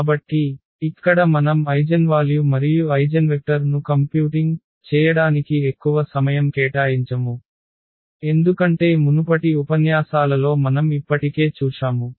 కాబట్టి ఇక్కడ మనం ఐగెన్వాల్యు మరియు ఐగెన్వెక్టర్ ను కంప్యూటింగ్ చేయడానికి ఎక్కువ సమయం కేటాయించము ఎందుకంటే మునుపటి ఉపన్యాసాలలో మనం ఇప్పటికే చూశాము